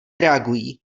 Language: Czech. reagují